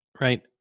Right